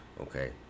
okay